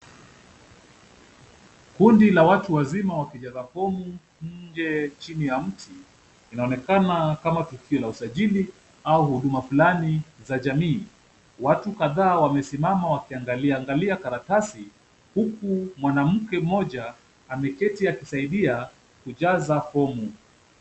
Kundi la watu wazima wakijaza fomu nje chini ya mti. Inaonekana kama tukio ya usajili au huduma fulani za jamii. Watu kadhaa wamesimama wakiangalia angalia karatasi huku mwanamke mmoja ameketi akisaidia kujaza fomu.